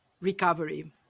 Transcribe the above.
recovery